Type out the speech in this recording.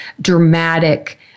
dramatic